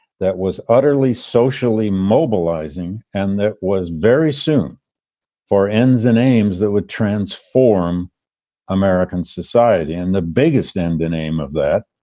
that was utterly socially mobilizing, and that was very soon for ends and aims that would transform american society. and the biggest in and the name of that,